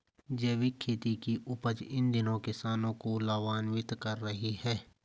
जैविक खेती की उपज इन दिनों किसानों को लाभान्वित कर रही है